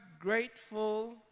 grateful